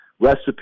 recipe